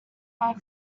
work